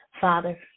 Father